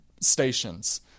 stations